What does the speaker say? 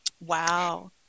Wow